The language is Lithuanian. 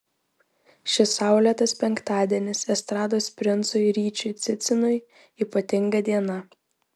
šis saulėtas penktadienis estrados princui ryčiui cicinui ypatinga diena